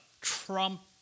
Trump